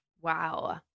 Wow